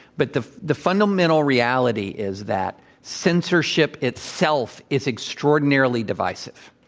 but the the fundamental reality is that censorship itself is extraordinarily divisive.